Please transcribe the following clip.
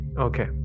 okay